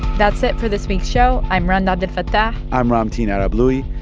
that's it for this week's show. i'm rund abdelfatah i'm ramtin arablouei.